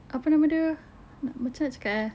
apa nama dia macam mana nak cakap eh